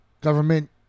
government